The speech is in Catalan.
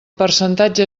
percentatge